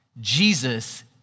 Jesus